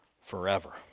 forever